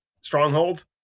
strongholds